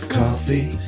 coffee